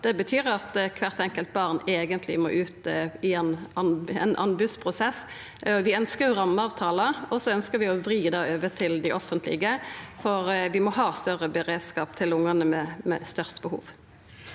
det betyr at kvart enkelt barn eigentleg må ut i ein anbodsprosess. Vi ønskjer rammeavtalar, og vi ønskjer å vri dei over til det offentlege, for vi må ha større beredskap til ungane med størst behov.